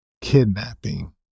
kidnapping